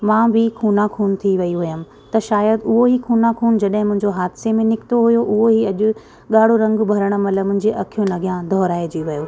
मां बि खूना खून थी वेई हुअमि त शायदि उहो ई खूना खून जॾहिं मुंहिंजो हादिसे में निकितो हुओ उहो ई अॼु ॻाड़ो रंग भरणु माल मुंहिजे अखियूं अॻियां दोहराइजी वियो